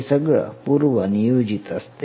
हे सगळं पूर्वनियोजित असते